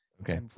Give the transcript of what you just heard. Okay